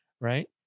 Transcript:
right